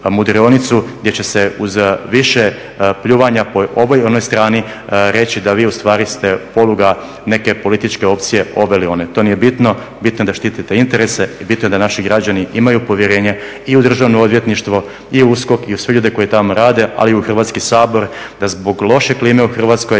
mudrionicu gdje će se uz više pljuvanja po ovoj i onoj strani reći da vi ustvari ste poluga neke političke opcije, ove ili one. To nije bitno, bitno je da štitite interese i bitno je da naši građani imaju povjerenje i u državno odvjetništvo i u USKOK i u sve ljude koji tamo rade, ali i u Hrvatski sabor, da zbog loše klime u Hrvatskoj